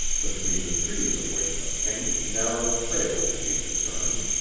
between the trees of which a faint, narrow trail could be discerned.